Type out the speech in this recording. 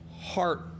heart